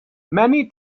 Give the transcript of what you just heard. many